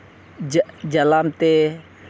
ᱡᱟᱜ ᱡᱟᱞᱟᱢ ᱛᱮ